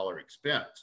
expense